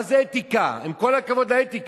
מה זה אתיקה, עם כל הכבוד לאתיקה?